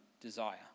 desire